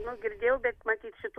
nu girdėjau bet matyt šitų